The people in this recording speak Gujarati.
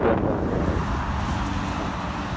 ડન ડન ડન હા હા